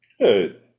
Good